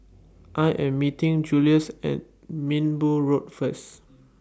I Am meeting Julious At Minbu Road First